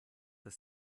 das